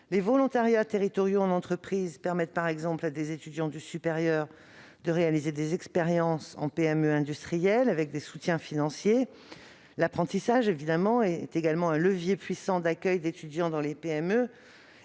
Les volontariats territoriaux en entreprise permettent, par exemple, à des étudiants du supérieur d'avoir des expériences en PME industrielle, avec des soutiens financiers. L'apprentissage est également un levier puissant d'accueil d'étudiants dans des PME.